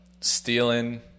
stealing